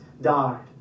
died